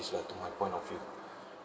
like my point of view